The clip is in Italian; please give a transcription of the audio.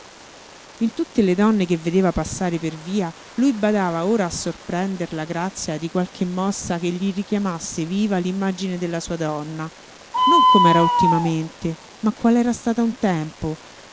in tutte le donne che vedeva passare per via lui badava ora a sorprender la grazia di qualche mossa che gli richiamasse viva l'immagine della sua donna non com'era ultimamente ma qual era stata un tempo